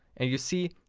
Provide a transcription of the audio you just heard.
and you see,